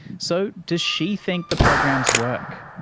so, does she think the programs work?